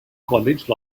college